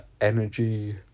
energy